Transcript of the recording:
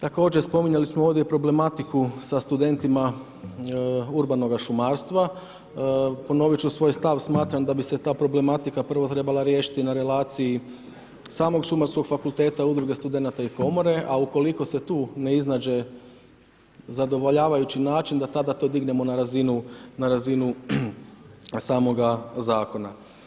Također spominjali smo ovdje i problematiku sa studentima urbanoga šumarstva, ponovit ću svoj stav, smatram da bi se ta problematika prvo trebala riješiti na relaciji samog Šumarskog fakulteta, udruge studenata i komore a ukoliko se tu ne iznađe zadovoljavajući način, da tada to dignemo na razinu samoga zakona.